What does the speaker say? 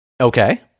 Okay